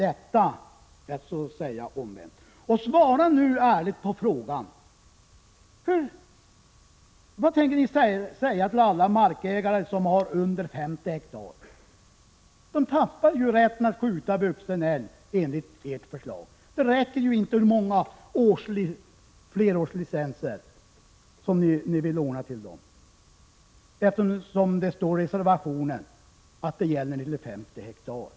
Detta menar jag är att vända upp och ned på saker och ting. Svara nu ärligt på följande fråga: Vad tänker ni säga till alla markägare som har under 50 hektar? Dessa tappar ju rätten att skjuta en vuxen älg, om ert förslag förverkligas. Det räcker inte med att säga att ni vill ordna flerårslicen ser. Dessutom står det i reservationen att detta gäller markägare som har över 50 hektar.